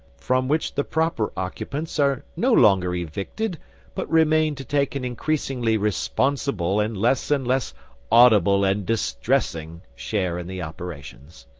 from which the proper occupants are no longer evicted but remain to take an increasingly responsible and less and less audible and distressing share in the operations.